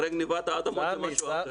אחרי גניבת האדמות זה משהו אחר.